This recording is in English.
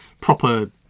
proper